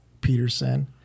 Peterson